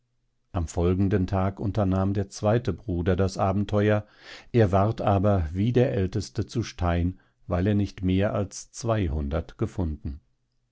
am folgenden tag unternahm der zweite bruder das abentheuer er ward aber wie der älteste zu stein weil er nicht mehr als zweihundert gefunden